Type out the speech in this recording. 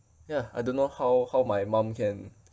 ya I don't know how how my mum can